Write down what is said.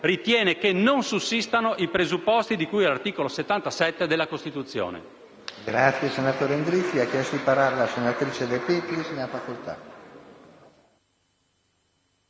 ritiene non sussistano i presupposti di cui all'articolo 77 della Costituzione.